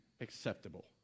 acceptable